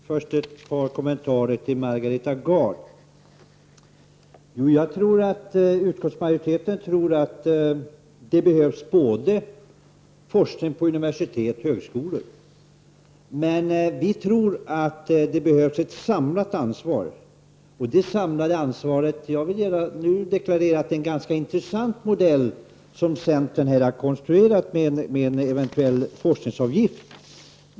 Herr talman! Först ett par kommentarer till Margareta Gard. Utskottsmajoriteten tror att det behövs forskning både på universitet och på högskolor. Men vi tror att det behövs ett samlat ansvar. Jag vill gärna nu deklarera att det är en ganska intressant modell för samlat ansvar som centern har konstruerat, med en eventuell forskningsavgift.